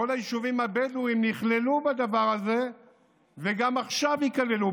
כל היישובים הבדואיים נכללו בדבר הזה וגם עכשיו ייכללו,